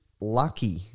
lucky